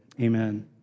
Amen